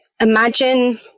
imagine